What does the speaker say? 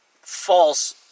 false